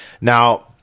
Now